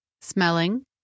smelling